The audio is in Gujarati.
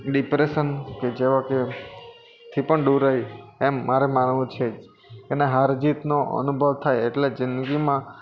ડિપ્રેશન કે જેવા કે થી પણ દૂર રહે એમ મારે માનવું છે એને હાર જીતનો અનુભવ થાય એટલે જિંદગીમાં